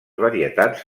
varietats